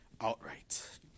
outright